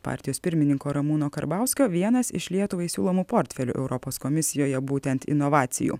partijos pirmininko ramūno karbauskio vienas iš lietuvai siūlomų portfelių europos komisijoje būtent inovacijų